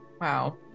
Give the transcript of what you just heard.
Wow